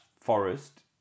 forest